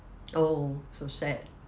oh so sad